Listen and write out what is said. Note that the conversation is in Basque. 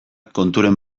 konturen